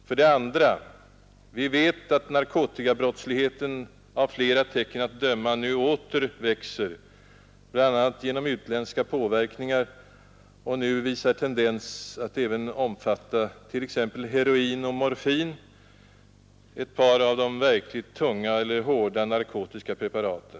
För det andra vet vi att narkotikabrottsligheten av flera tecken att Nr 42 döma nu åter växer, bl.a. genom utländska påverkningar, som nu visar Torsdagen den tendens att även omfatta t.ex. heroin och morfin, ett par av de verkligt 16 mars 1972 hårda narkotiska preparaten.